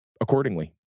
accordingly